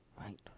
right